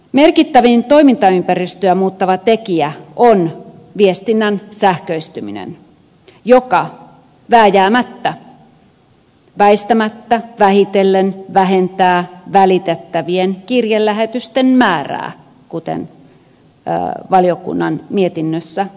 merkittävin toimintaympäristöä muuttava tekijä on viestinnän sähköistyminen joka vääjäämättä väistämättä vähitellen vähentää välitettävien kirjelähetysten määrää kuten valiokunnan mietinnössä kirjataan